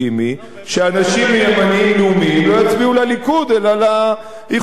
שאנשים ימנים לאומיים לא יצביעו לליכוד אלא לאיחוד הלאומי.